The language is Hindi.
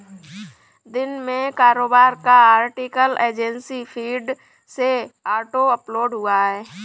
दिन में कारोबार का आर्टिकल एजेंसी फीड से ऑटो अपलोड हुआ है